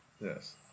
Yes